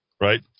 right